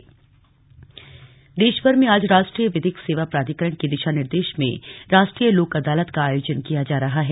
राष्ट्रीय लोक अदालत देशभर में आज राष्ट्रीय विधिक सेवा प्राधिकरण के दिशा निर्देश में राष्ट्रीय लोक अदालत का आयोजन किया जा रहा है